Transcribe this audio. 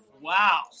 Wow